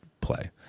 play